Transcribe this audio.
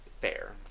Fair